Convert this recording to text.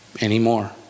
anymore